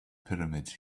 pyramids